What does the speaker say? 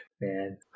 man